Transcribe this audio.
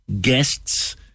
guests